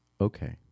Okay